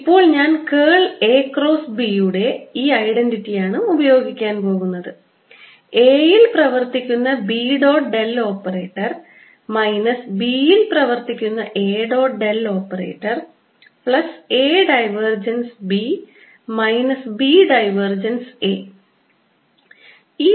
ഇപ്പോൾ ഞാൻ curl A cross B യുടെ ഈ ഐഡന്റിറ്റി ആണ് ഉപയോഗിക്കാൻ പോകുന്നത് A യിൽ പ്രവർത്തിക്കുന്ന B dot del operator minus B യിൽ പ്രവർത്തിക്കുന്ന A dot del operator plus A divergence B minus B divergence A